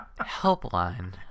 helpline